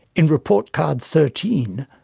in report card thirteen,